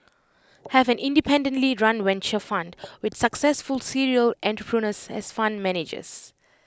have an independently run venture fund with successful serial entrepreneurs as fund managers